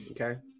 Okay